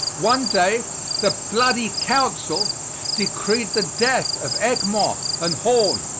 one day the bloody council decreed the death of egmont and horn.